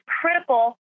critical